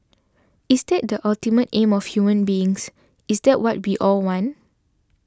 is that the ultimate aim of human beings is that what be all want